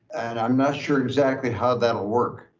and i'm not sure exactly how that'll work.